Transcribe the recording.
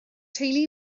teulu